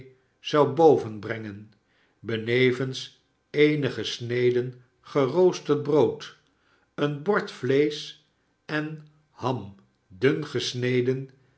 zou boven brengen benevens eenige sneden geroosterd brood een bord vleesch en ham dun gesneden